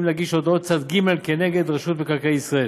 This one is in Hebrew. להגיש הודעות צד ג' כנגד רשות מקרקעי ישראל.